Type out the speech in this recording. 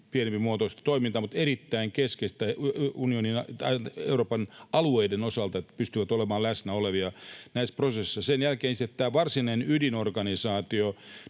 pienimpimuotoista toimintaa, mutta on erittäin keskeistä Euroopan alueiden osalta, että ne pystyvät olemaan läsnä näissä prosesseissa. Sen jälkeen sitten tämä varsinainen ydinorganisaatio